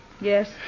Yes